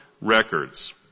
records